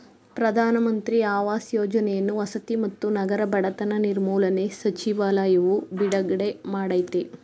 ಪ್ರಧಾನ ಮಂತ್ರಿ ಆವಾಸ್ ಯೋಜನೆಯನ್ನು ವಸತಿ ಮತ್ತು ನಗರ ಬಡತನ ನಿರ್ಮೂಲನೆ ಸಚಿವಾಲಯವು ಬಿಡುಗಡೆ ಮಾಡಯ್ತೆ